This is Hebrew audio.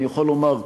אני יכול לומר,